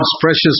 precious